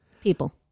People